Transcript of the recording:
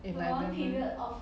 if my memory